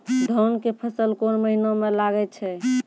धान के फसल कोन महिना म लागे छै?